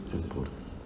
important